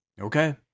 Okay